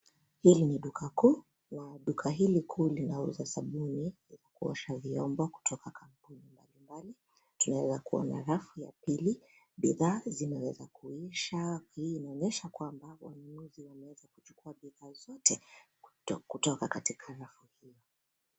Hili ni duka kuu na duka hili kuu linauza sabuni ya kuosha vyombo kutoka kampuni mbalimbali. Tunaweza kuona arafu ya pili, bidhaa zimeweza kuisha. Hii inaonyesha kwamba wanunuzi wameweza kuchukua bidhaa zote kutoka katika rafu hiyo.